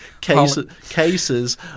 cases